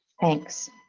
Thanks